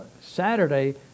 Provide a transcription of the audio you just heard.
saturday